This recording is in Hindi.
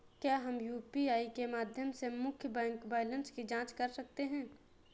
क्या हम यू.पी.आई के माध्यम से मुख्य बैंक बैलेंस की जाँच कर सकते हैं?